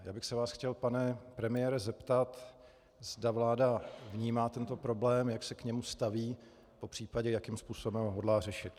Chtěl bych se vás, pane premiére, zeptat, zda vláda vnímá tento problém, jak se k němu staví, popřípadě jakým způsobem ho hodlá řešit.